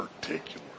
particular